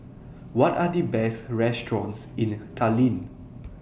What Are The Best restaurants in Tallinn